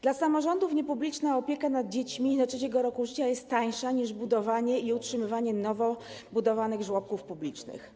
Dla samorządów niepubliczna opieka nad dziećmi do 3. roku życia jest tańsza niż budowanie i utrzymywanie nowo budowanych żłobków publicznych.